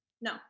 No